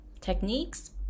techniques